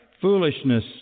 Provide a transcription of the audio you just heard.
foolishness